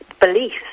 beliefs